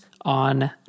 on